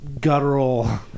guttural